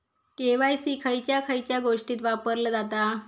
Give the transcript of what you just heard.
KYC खयच्या खयच्या गोष्टीत वापरला जाता?